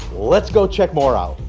let's go check more out.